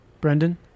Brendan